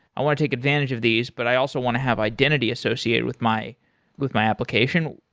i want to take advantage of these, but i also want to have identity associated with my with my application.